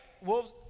Wolves